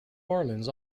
orleans